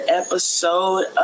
episode